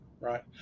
right